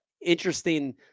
interesting